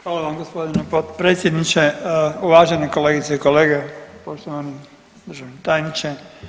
Hvala vam g. potpredsjedniče, uvaženi kolegice i kolege, poštovani državni tajniče.